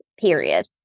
period